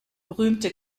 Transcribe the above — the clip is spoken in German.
berühmte